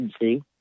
See